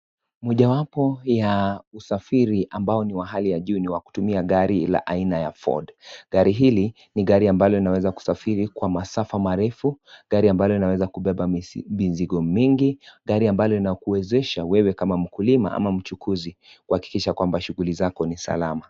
Moja wapo ya usafiri abao ni wa hali ya juu ni wa kutumia gari aina ya Ford. Gari hili ni gari ambalo linaweza kusafiri kwa masafa mareifu, gari ambalo linaweza kubeba minzigo mingi, gari ambalo linakuwezesha wewe kama mkulima ama mchukuzi. Kuhakikisha kwamba shugulizako ni salama.